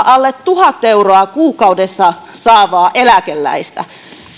alle tuhat euroa kuukaudessa saavaa eläkeläistä